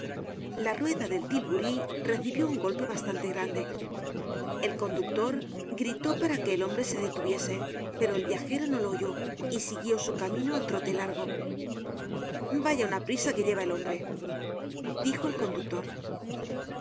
la rueda del tilburí recibió un golpe bastante grande el conductor gritó para que el hombre se detuviese pero el viajero no lo oyó y siguió su camino al trote largo vaya una prisa que lleva el hombre dijo el conductor